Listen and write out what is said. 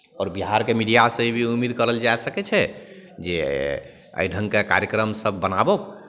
आओर बिहारके मीडियासँ भी उम्मीद करल जा सकै छै जे एहि ढङ्गके कार्यक्रमसभ बनाबहु